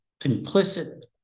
implicit